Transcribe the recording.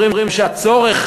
ואומרים שהצורך,